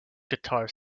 guitar